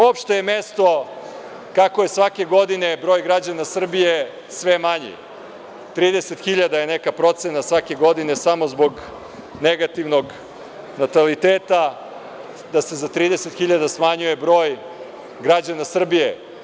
Opšte je mesto kako je svake godine broj građana Srbije sve manji, 30 hiljada je neka procena svake samo zbog negativnog nataliteta, da se za 30 hiljada smanjuje broj građana Srbije.